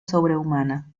sobrehumana